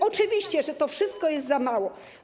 Oczywiście, że to wszystko jest za mało.